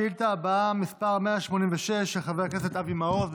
השאילתה הבאה, מס' 186, של חבר הכנסת אבי מעוז.